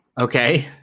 Okay